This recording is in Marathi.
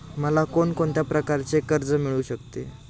मला कोण कोणत्या प्रकारचे कर्ज मिळू शकते?